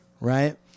right